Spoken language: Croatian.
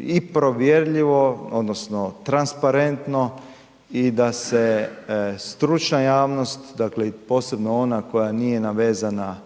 i provjerljivo odnosno transparentno i da se stručna javnost, posebno ona koja nije navezana